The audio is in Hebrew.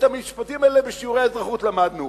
את המשפטים האלה למדנו